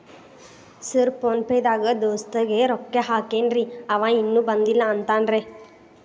Sir PhonePe ದಾಗ ದೋಸ್ತ್ ಗೆ ರೊಕ್ಕಾ ಹಾಕೇನ್ರಿ ಅಂವ ಇನ್ನು ಬಂದಿಲ್ಲಾ ಅಂತಾನ್ರೇ?